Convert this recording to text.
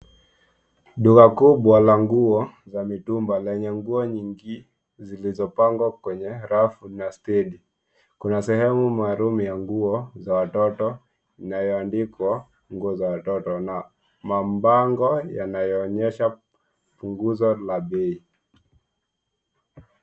Duka kubwa la nguo za mitumba lenye nguo nyingi zilizopangwa kwenye rafu na stendi. Kuna sehemu maalum ya nguo za watoto inayoandikwa nguo za watoto na mabango yanayoonyesha punguzo la bei.